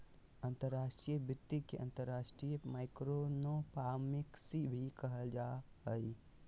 अंतर्राष्ट्रीय वित्त के अंतर्राष्ट्रीय माइक्रोइकोनॉमिक्स भी कहल जा हय